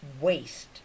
waste